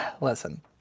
listen